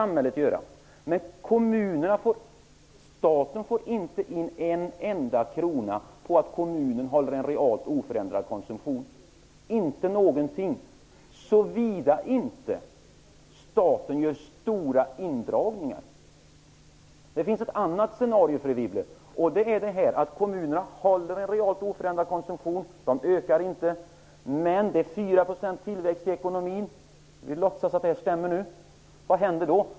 Men staten får inte in en enda krona på att kommunerna har en realt oförändrad konsumtion, såvida inte staten gör stora indragningar. Det finns också ett annat scenario, fru Wibble, nämligen att kommunerna håller en realt oförändrad konsumtion med 4 % tillväxt i ekonomin. Vad händer då?